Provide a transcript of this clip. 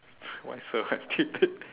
why so hard to